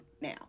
now